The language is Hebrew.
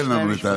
שני משפטים.